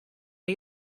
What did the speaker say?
are